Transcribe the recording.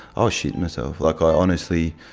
ah shitting myself, like i honestly,